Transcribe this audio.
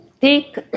take